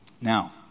Now